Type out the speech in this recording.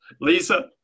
Lisa